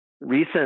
recent